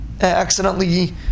accidentally